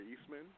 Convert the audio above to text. Eastman